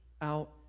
out